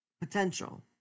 potential